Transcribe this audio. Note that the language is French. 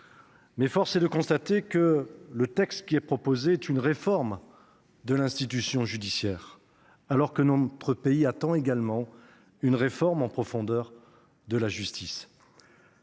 mais force est de constater que ces textes sont une réforme de l'institution judiciaire, alors que notre pays attend également une réforme en profondeur de la justice.